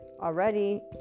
already